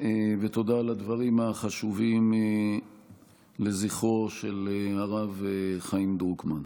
ותודה על הדברים החשובים לזכרו של הרב חיים דרוקמן.